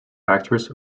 actress